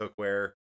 cookware